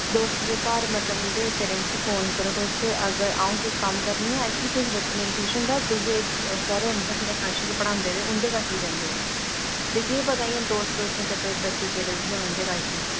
दोस्तें दे घर मतलब उं'दे पेरेंटस गी फोन करो तुस ते अगर अ'ऊं केह् कम्म करनी आं ऐक्चुअली किश बच्चे मेरी ट्यूशन दा दूए घरें दे थोह्ड़े कश गै पढ़ांदे ते उं'दे कश बी जंदे ते केह् पता इ'यां दोस्तें दे चक्कर च बच्चे गेदे उठी होन उं'दे कश बी